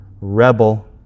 rebel